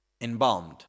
embalmed